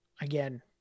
again